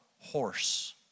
horse